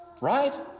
right